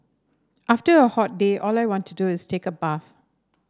after a hot day all I want to do is take a bath